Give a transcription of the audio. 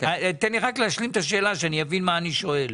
תן לי להשלים את השאלה, שאני אבין מה אני שואל.